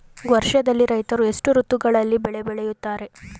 ವರ್ಷದಲ್ಲಿ ರೈತರು ಎಷ್ಟು ಋತುಗಳಲ್ಲಿ ಬೆಳೆ ಬೆಳೆಯುತ್ತಾರೆ?